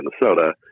Minnesota